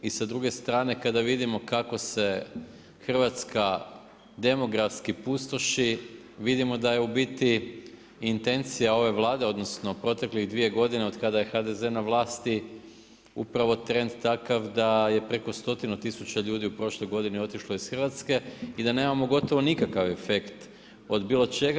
I sa druge strane kada vidimo kako se Hrvatska demografski pustoši, vidimo da je u biti intencija ove Vlade odnosno proteklih dvije godine od kada je HDZ na vlasti upravo trend takav da je preko stotinu tisuća ljudi u prošloj godini otišlo iz Hrvatske i da nemamo gotovo nikakav efekt od bilo čega.